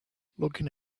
looking